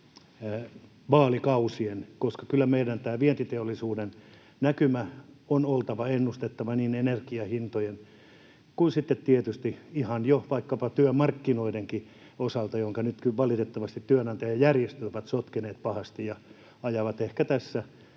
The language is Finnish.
vaalikausien. Kyllä meidän vientiteollisuuden näkymän on oltava ennustettava niin energian hintojen kuin sitten tietysti ihan jo vaikkapa työmarkkinoidenkin osalta, jotka nyt kyllä valitettavasti työnantajajärjestöt ovat sotkeneet pahasti ja ajavat ehkä tässä